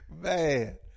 Man